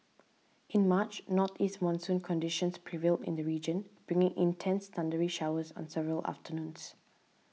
in March northeast monsoon conditions prevailed in the region bringing intense thundery showers on several afternoons